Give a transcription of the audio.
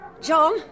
John